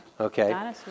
Okay